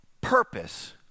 purpose